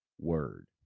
word